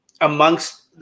amongst